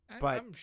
but-